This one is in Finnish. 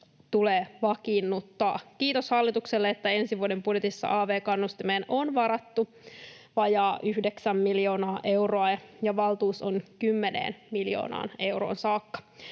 tulee vakiinnuttaa. Kiitos hallitukselle, että ensi vuoden budjetissa av-kannustimeen on varattu vajaa yhdeksän miljoonaa euroa ja valtuus on kymmeneen miljoonaan euroon saakka.